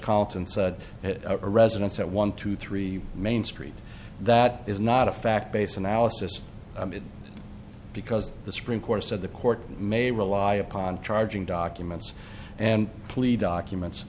cotton said residence at one two three main street that is not a fact based analysis because the supreme court said the court may rely upon charging documents and plead occupants